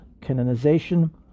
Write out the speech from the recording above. canonization